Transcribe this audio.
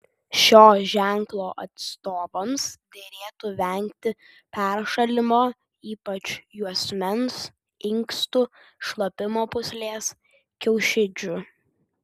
šio ženklo atstovams derėtų vengti peršalimo ypač juosmens inkstų šlapimo pūslės kiaušidžių